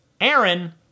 Aaron